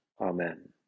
Amen